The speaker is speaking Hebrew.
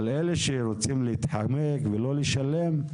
אלה שרוצים להתחמק ולא לשלם,